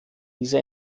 diese